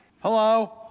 hello